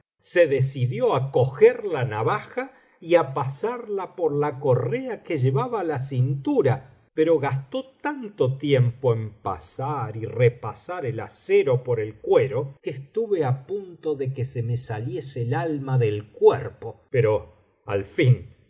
se decidió á coger la navaja y á pasarla por la correa que llevaba á la cintura pero gastó tanto tiempo en pasar y repasar el acero por el cuero que estuve á punto de que se me saliese el alma del cuerpo pero al fin